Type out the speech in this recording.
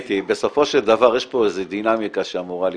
בסופו של דבר יש פה איזה דינמיקה שצריכה לקרות,